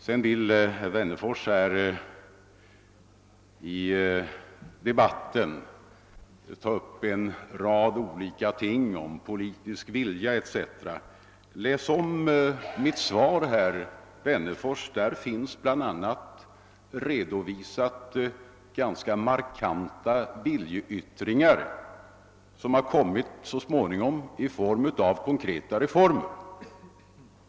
Herr Wennerfors vill nu ta upp en rad olika frågor om politisk vilja etc. Läs om mitt svar, herr Wennerfors! Där finns bl.a. ganska markanta viljeyttringar redovisade som så småningom resulterat i konkreta reformer.